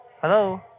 Hello